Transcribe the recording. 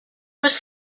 was